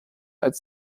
als